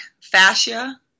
Fascia